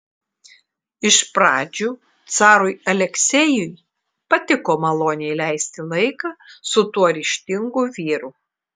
iš pradžių carui aleksejui patiko maloniai leisti laiką su tuo ryžtingu vyru